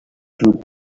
through